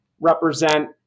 represent